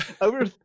over